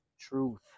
truth